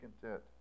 content